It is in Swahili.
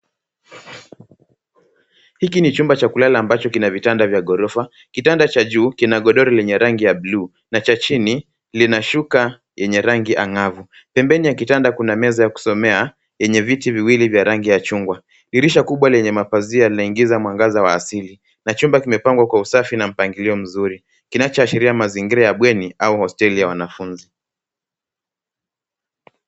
Hiki ni chumba cha kulala ambacho kina vitanda vya gorofa. Kitanda cha juu kina godoro lenye rangi ya bluu na cha chini lina shuka yenye rangi angavu. Pembeni ya kitanda kuna meza ya kusomea yenye viti viwili vya rangi ya chungwa. Dirisha kubwa lenye mapazia linaingiza mwangaza wa asili na chumba kimepangwa kwa usafi na mpangilio mzuri kinachoashiria mazingira ya bweni au hosteli ya wanafunzi.